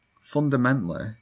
fundamentally